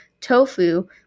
Tofu